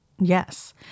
Yes